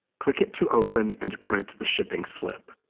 click it to open and print the shipping slip.